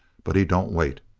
but he don't wait.